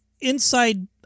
inside